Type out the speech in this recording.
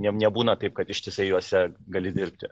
jiem nebūna taip kad ištisai juose gali dirbti